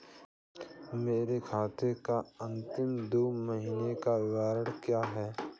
मेरे खाते का अंतिम दो महीने का विवरण क्या है?